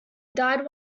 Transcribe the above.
died